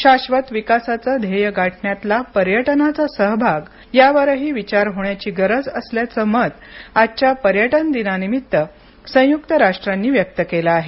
शाश्वत विकासाचं ध्येय गाठण्यातला पर्यटनाचा सहभाग यावरही विचार होण्याची गरज असल्याचं मत आजच्या पर्यटन दिनानिमित्त संयुक्त राष्ट्रांनी व्यक्त केलं आहे